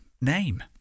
name